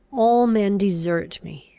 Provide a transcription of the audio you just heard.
all men desert me.